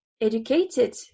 educated